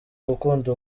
gukunda